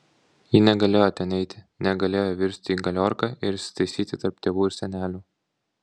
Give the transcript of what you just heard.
ji negalėjo ten eiti negalėjo įvirsti į galiorką ir įsitaisyti tarp tėvų ir senelių